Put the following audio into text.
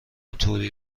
توری